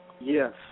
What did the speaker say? Yes